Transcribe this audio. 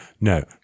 No